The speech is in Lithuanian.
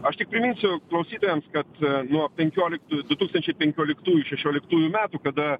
aš tik priminsiu klausytojams kad nuo penkioliktųjų du tūkstančiai penkioliktųjų šešioliktųjų metų kada